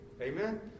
Amen